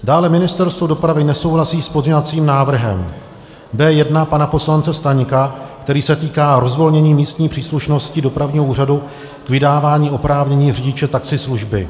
Dále Ministerstvo dopravy nesouhlasí s pozměňovacím návrhem B1 pana poslance Staňka, který se týká rozvolnění místní příslušnosti dopravního úřadu k vydávání oprávnění řidiče taxislužby.